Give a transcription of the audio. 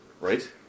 Right